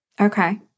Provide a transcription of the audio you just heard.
Okay